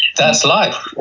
that's life!